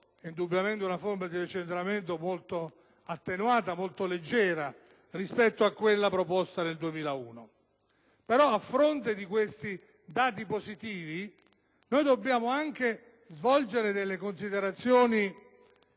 indubbiamente una forma di decentramento molto attenuata e leggera rispetto a quella proposta nel 2001. A fronte di questi dati positivi, bisogna tuttavia svolgere alcune considerazioni